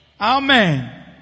Amen